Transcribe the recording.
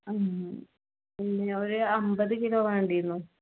ആ പിന്നെ ഒരു അമ്പത് കിലോ വേണ്ടിയിരുന്നു